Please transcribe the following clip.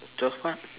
twelve what